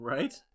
Right